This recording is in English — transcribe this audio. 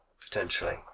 potentially